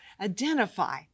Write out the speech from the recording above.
Identify